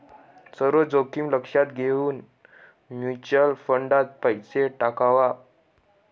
सर्व जोखीम लक्षात घेऊन म्युच्युअल फंडात पैसा टाकावा